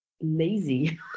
lazy